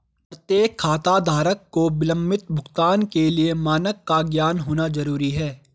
प्रत्येक खाताधारक को विलंबित भुगतान के लिए मानक का ज्ञान होना जरूरी है